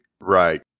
Right